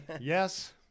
Yes